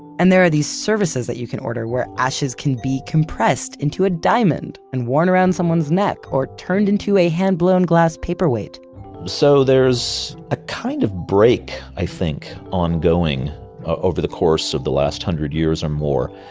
and there are these services that you can order where ashes can be compressed into a diamond and worn around someone's neck or turned into a hand-blown glass paperweight so there's a kind of break, i think, ongoing over the course of the last hundred years or more,